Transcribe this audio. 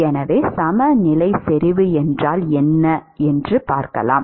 எனவே சமநிலை செறிவு என்றால் என்ன அர்த்தம்